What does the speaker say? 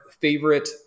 favorite